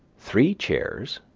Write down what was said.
three chairs,